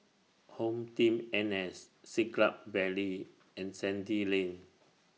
HomeTeam N S Siglap Valley and Sandy Lane